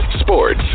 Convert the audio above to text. sports